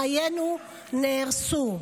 חיינו נהרסו.